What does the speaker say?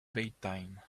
bedtime